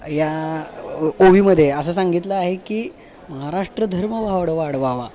या ओवीमध्ये असं सांगितलं आहे की महाराष्ट्र धर्म वावड वाढवावा